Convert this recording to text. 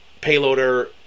payloader